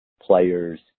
players